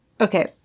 Okay